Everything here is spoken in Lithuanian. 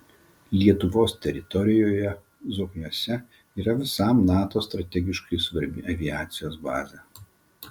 lietuvos teritorijoje zokniuose yra visam nato strategiškai svarbi aviacijos bazė